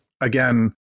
again